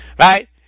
Right